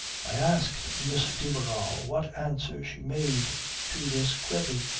i asked miss de barral what answer she made to this query.